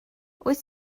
wyt